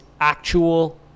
actual